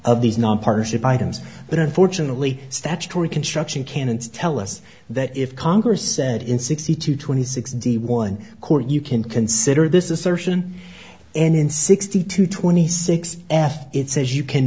of these non partnership items but unfortunately statutory construction can and tell us that if congress said in sixty two twenty six d one court you can consider this is certain and in sixty two twenty six f it says you can